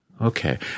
Okay